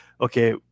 okay